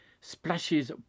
splashes